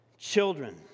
Children